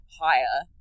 higher